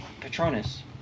Patronus